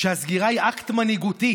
שהסגירה היא אקט מנהיגותי,